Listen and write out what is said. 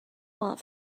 want